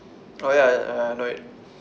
oh ya ya I know it